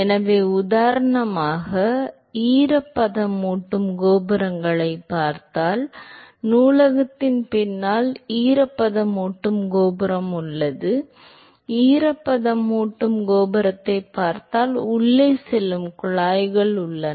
எனவே உதாரணமாக ஈரப்பதமூட்டும் கோபுரங்களைப் பார்த்தால் நூலகத்தின் பின்னால் ஈரப்பதமூட்டும் கோபுரம் உள்ளது ஈரப்பதமூட்டும் கோபுரத்தைப் பார்த்தால் உள்ளே செல்லும் குழாய்கள் உள்ளன